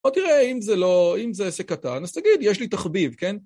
בוא תראה, אם זה לא אם זה עסק קטן, אז תגיד, יש לי תחביב, כן?